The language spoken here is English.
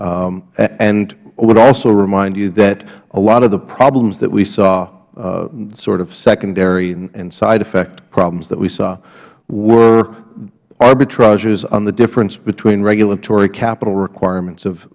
answer and would also remind you that a lot of the problems that we saw sort of secondary and side effect problems that we saw were arbitrages on the difference between regulatory capital requirements of